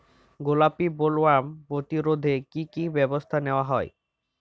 গোলাপী বোলওয়ার্ম প্রতিরোধে কী কী ব্যবস্থা নেওয়া হয়?